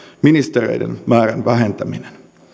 ministereiden määrän vähentäminen